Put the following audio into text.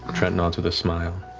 trent nods with a smile,